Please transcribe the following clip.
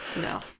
no